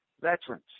veterans